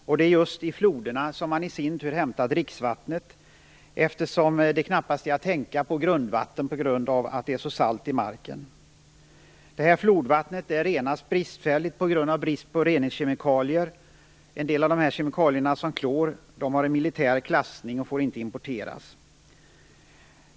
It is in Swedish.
Och det är just i floderna som man i sin tur hämtar dricksvattnet, eftersom man knappast kan använda grundvattnet på grund av att det är så salt i marken. Flodvattnet renas bristfälligt eftersom det är brist på reningskemikalier. En del av dessa kemikalier, t.ex. klor, har en militär klassning och får inte importeras.